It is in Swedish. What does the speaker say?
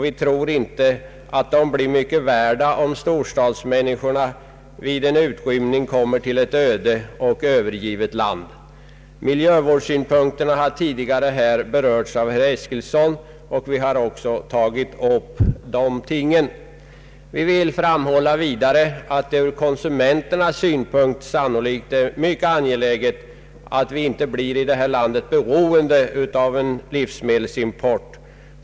Vi tror inte att de blir mycket värda om storstadsmänniskorna vid en utrymning kommer till ett öde och övergivet land. Miljövårdssynpunkterna har tidigare här berörts av herr Eskilsson, och vi har också tagit upp de frågorna. Vi vill vidare framhålla att det från konsumenternas synpunkt sannolikt är mycket angeläget att vi i detta land inte blir beroende av en livsmedelsimport.